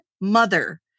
mother